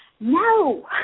No